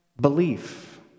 belief